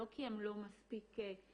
לא כי הם לא מספיק טובים,